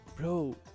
Bro